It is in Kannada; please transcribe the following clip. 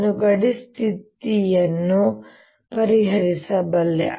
ನಾನು ಗಡಿ ಸ್ಥಿತಿಯನ್ನು ಪರಿಹರಿಸಬಲ್ಲೆ